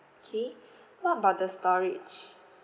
okay what about the storage